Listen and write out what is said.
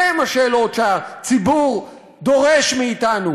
אלה הן השאלות שהציבור דורש מאתנו